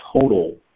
total